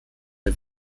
der